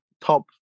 top